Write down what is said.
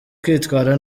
kwitwara